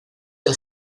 del